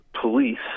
police